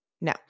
No